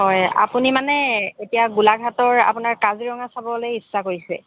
হয় আপুনি মানে এতিয়া গোলাঘাটৰ আপোনাৰ কাজিৰঙা চাবলৈ ইচ্ছা কৰিছে